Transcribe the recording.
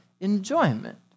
enjoyment